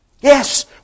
Yes